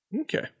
Okay